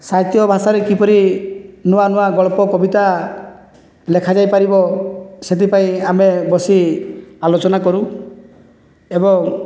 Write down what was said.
ସାହିତ୍ୟ ଭାଷାରେ କିପରି ନୂଆ ନୂଆ ଗଳ୍ପ କବିତା ଲେଖା ଯାଇପାରିବ ସେଥିପାଇଁ ଆମେ ବସି ଆଲୋଚନା କରୁ ଏବଂ